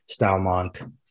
Stalmont